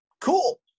cool